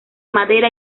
madera